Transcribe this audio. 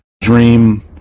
dream